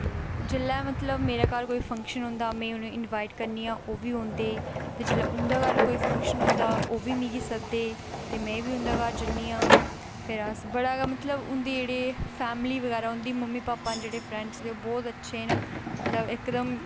ते जेल्लै मतलब मेरे घर कोई फंक्शन होंदा में उ'नेंगी इनबाइट करनी आं ओह्बी औंदे ते जेल्लै उं'दे घर कोई फंक्शन होंदा तां ओह्बी मिगी सददे ते में उं'दे घर जन्नीं आं फिर अस बड़ा गै मतलब उं'दी जेहड़ी फैमली बगैरा उं'दी मम्मी पापा ना जेहड़े फ्रैंडज दे ओह् बहुत अच्छे ना मतलब इकदम